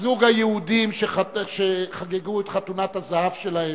היהודים שחגגו את חתונת הזהב שלהם,